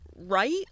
right